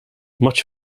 much